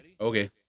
Okay